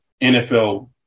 NFL